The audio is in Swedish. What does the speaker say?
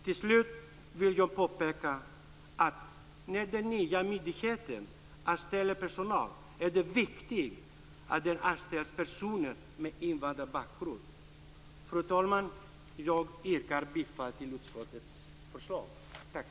Till sist vill jag påpeka att när den nya myndigheten anställer personal är det viktigt att det anställs personer med invandrarbakgrund. Fru talman! Jag avslutar med att och yrka bifall till utskottets förslag.